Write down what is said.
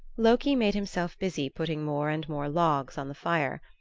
loki made himself busy putting more and more logs on the fire.